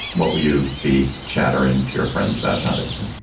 what would you be chattering to your friends about john dickerson